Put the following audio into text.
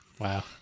Wow